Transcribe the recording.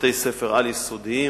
בבתי-ספר על-יסודיים.